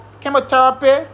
chemotherapy